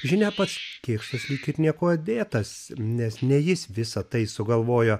žinia pats kėkštas lyg ir niekuo dėtas nes ne jis visa tai sugalvojo